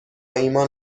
ایمان